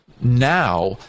now